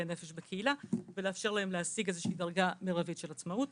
נפש בקהילה ולאפשר להם להשיג דרגה מרבית של עצמאות.